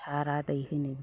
सारा दै होनो बेखौनो